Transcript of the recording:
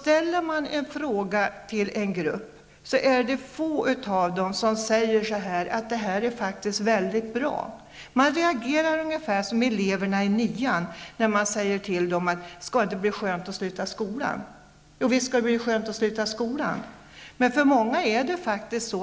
Ställer man en fråga till en grupp är det få i gruppen som säger att det man frågar om är mycket bra. Reaktionen är ungefär densamma som hos eleverna i årskurs nio när man frågar dem om det inte skall bli skönt att sluta skolan. De svarar då: Jo visst skall det bli skönt att sluta skolan. Men för många innebär faktiskt